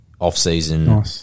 off-season